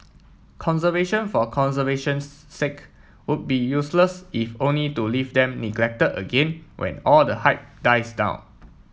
conservation for conservation's sake would be useless if only to leave them neglected again when all the hype dies down